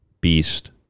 beast